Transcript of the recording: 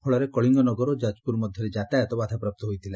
ଫଳରେ କଳିଙ୍ଗ ନଗର ଓ ଯାଜପୁର ମଧରେ ଯାତାୟତ ବାଧାପ୍ରାପ୍ତ ହୋଇଥିଲା